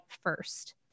first